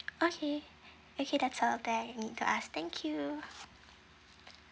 okay okay that's all that I need to ask thank you